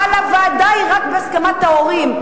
אבל הוועדה היא רק בהסכמת ההורים.